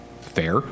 Fair